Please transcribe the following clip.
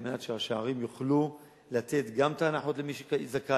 על מנת שראשי ערים יוכלו לתת גם את ההנחות למי שזכאי,